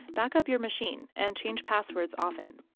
back up your machine and change passwords often.